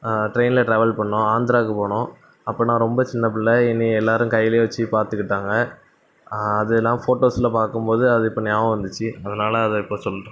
ட்ரெயினில் ட்ராவல் பண்ணிணோம் ஆந்திராவுக்கு போனோம் அப்போது நான் ரொம்ப சின்ன புள்ளை என்னை எல்லோரும் கையிலேயே வச்சு பார்த்துக்கிட்டாங்க அதெலாம் ஃபோட்டோஸில் பார்க்கும்போது அது இப்போ ஞாபகம் வந்துச்சு அதனாலே அதை இப்போ சொல்கிறேன்